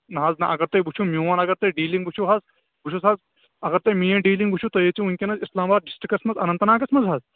نہ حظ نہَ اگر تۅہہِ وُچھِو میٛون اگر تۅہہِ ڈیٖلِنٛگ وُچھِو حظ بہٕ چھُس حظ اگر تۅہہِ میٛٲنۍ ڈیٖلِنٛگ وُچھِو تُہۍ أژِو وُنکیٚنَس اسلام باد ڈسٹرٛکس منٛز اننت ناگس منٛز حظ